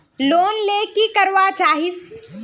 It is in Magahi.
लोन ले की करवा चाहीस?